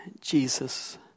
Jesus